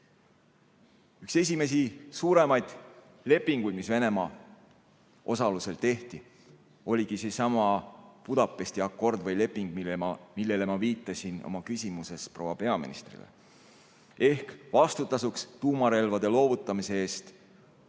Üks esimesi suuremaid lepinguid, mis Venemaa osalusel tehti, oligi seesama Budapesti leping, millele ma viitasin oma küsimuses proua peaministrile. Ehk vastutasuks tuumarelvade loovutamise eest